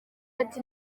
ati